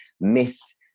missed